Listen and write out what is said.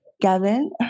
Gavin